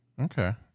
Okay